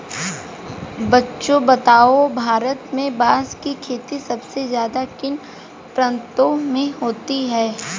बच्चों बताओ भारत में बांस की खेती सबसे ज्यादा किन प्रांतों में होती है?